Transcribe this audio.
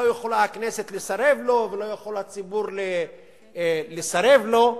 לא יכולה הכנסת לסרב לו ולא יכול הציבור לסרב לו,